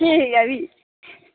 ठीक ऐ भी